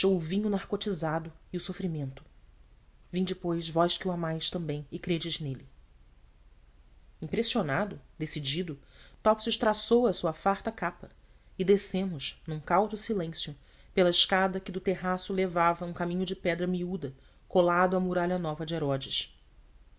o vinho narcotizado e o sofrimento vinde pois vós que o amais também e credes nele impressionado decidido topsius traçou a sua farta capa e descemos num cauto silêncio pela escada que do terraço levava a um caminho de pedra miúda colado à muralha nova de herodes